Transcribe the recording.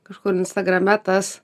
kažkur instagrame tas